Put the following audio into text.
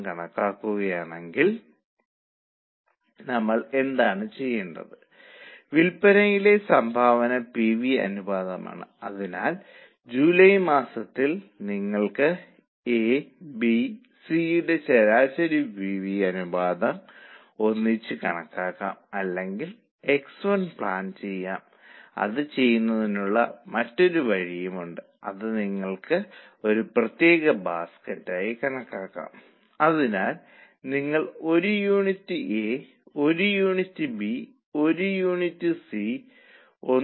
ഇപ്പോൾ എന്നോടൊപ്പം ഇത് ചെയ്യാൻ തുടങ്ങൂ നിങ്ങൾ ഇപ്പോൾ എങ്ങനെ തുടങ്ങും മനസിലാക്കാൻ എളുപ്പത്തിനായി ഞാൻ നിങ്ങൾക്കായി ഒരു ഘടന വരച്ചിരിക്കുന്നു